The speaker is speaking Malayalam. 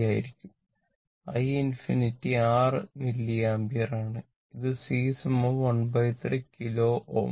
ആയിരിക്കും i ∞ 6 മില്ലിയംപിയർ ആണ് ഇത് C ⅓ കിലോ Ω